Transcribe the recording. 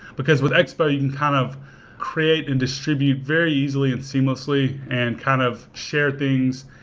because with expo you can kind of create and distribute very easily and seamlessly and kind of share things.